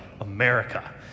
America